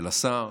של השר,